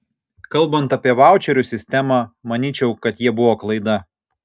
kalbant apie vaučerių sistemą manyčiau kad jie buvo klaida